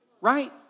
right